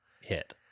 hit